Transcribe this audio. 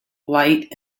light